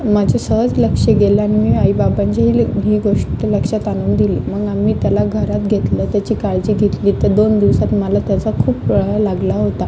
माझं सहज लक्ष गेलं आणि मी आईबाबांच्याही ल् ही गोष्ट लक्षात आणून दिली मग आम्ही त्याला घरात घेतलं त्याची काळजी घेतली त्या दोन दिवसात मला त्याचा खूप लळा लागला होता